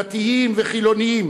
דתיים וחילונים,